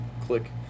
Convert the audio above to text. click